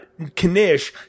Kanish